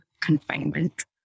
confinement